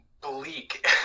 bleak